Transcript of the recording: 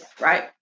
right